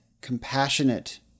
compassionate